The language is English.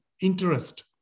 interest